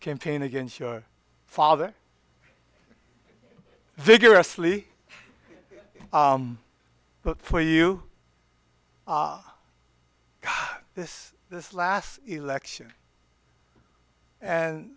campaign against your father vigorously but for you this this last election and